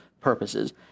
purposes